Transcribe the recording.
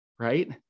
right